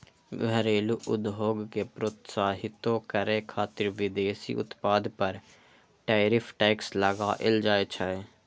घरेलू उद्योग कें प्रोत्साहितो करै खातिर विदेशी उत्पाद पर टैरिफ टैक्स लगाएल जाइ छै